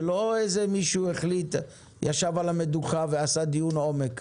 זה לא איזה מישהו שישב על המדוכה ועשה דיון עומק,